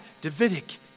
Davidic